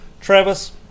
Travis